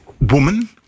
woman